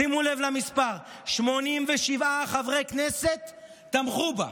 שימו לב למספר: 87 חברי כנסת תמכו בה.